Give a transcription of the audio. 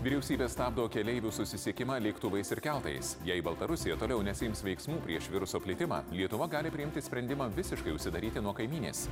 vyriausybė stabdo keleivių susisiekimą lėktuvais ir keltais jei baltarusija toliau nesiims veiksmų prieš viruso plitimą lietuva gali priimti sprendimą visiškai užsidaryti nuo kaimynės